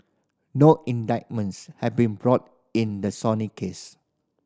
no indictments have been brought in the Sony case